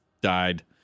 died